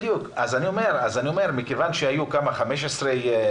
מכיוון שהיו רק 15 מפקחים.